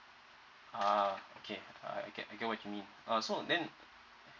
ah okay I get I get what you mean uh so then